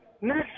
next